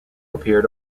appeared